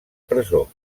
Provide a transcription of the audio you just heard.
presó